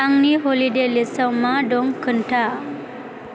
आंनि हलिडे लिस्टाव मा दं खोन्था